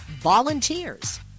volunteers